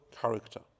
character